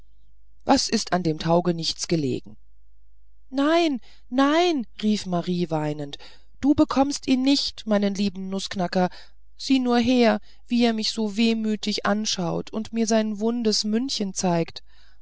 was ist an dem taugenichts gelegen nein nein rief marie weinend du bekommst ihn nicht meinen lieben nußknacker sieh nur her wie er mich so wehmütig anschaut und mir sein wundes mündchen zeigt